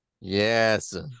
yes